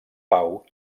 pau